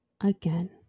again